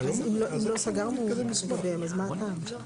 אבל אם לא סגרנו, מה הטעם?